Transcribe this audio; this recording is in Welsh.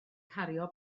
cario